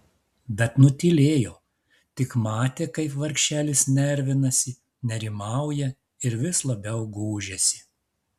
bet nutylėjo tik matė kaip vargšelis nervinasi nerimauja ir vis labiau gūžiasi